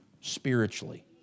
spiritually